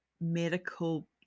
medical